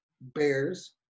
bears